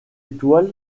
étoile